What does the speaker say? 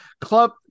club